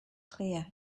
clear